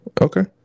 Okay